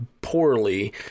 poorly